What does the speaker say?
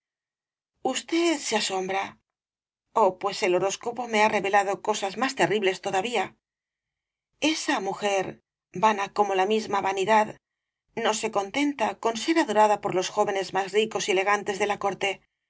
usted se asombra oh pues el horóscopo me ha revelado cosas más terribles todavía esa mujer vana como la misma vanidad no se contenta con ser adorada por los jóvenes más ricos y elegantes de la corte